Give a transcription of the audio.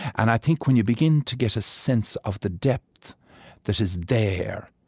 and i think when you begin to get a sense of the depth that is there,